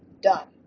Done